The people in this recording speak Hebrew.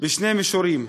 בשני מישורים: